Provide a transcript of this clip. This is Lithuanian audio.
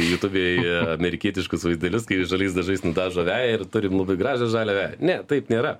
jutubėj amerikietiškus vaizdelius kai žaliais dažais nudažo veją ir turim labai gražią žalią veją ne taip nėra